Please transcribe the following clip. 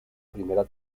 primera